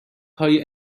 های